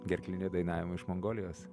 gerklinio dainavimo iš mongolijos